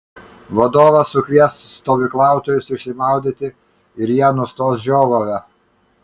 vadovas sukvies stovyklautojus išsimaudyti ir jie nustos žiovavę